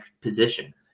position